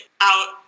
out